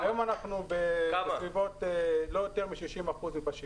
היום אנחנו עם לא יותר מ-60 אחוזים מאשר בשגרה.